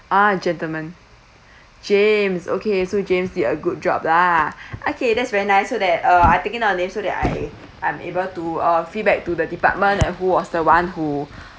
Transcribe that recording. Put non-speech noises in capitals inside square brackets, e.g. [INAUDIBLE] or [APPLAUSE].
ah gentleman [BREATH] james okay so james did a good job lah [BREATH] okay that's very nice so that uh I taking down the name so that I I'm able to uh feedback to the department and who was the one who [BREATH]